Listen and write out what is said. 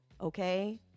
okay